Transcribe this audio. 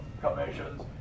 commissions